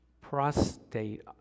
prostate